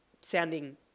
sounding